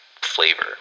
flavor